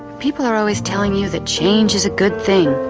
people are always telling you that change is a good thing